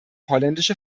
holländische